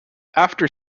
after